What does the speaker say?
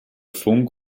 funk